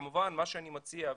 מה שאני מציע,